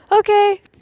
okay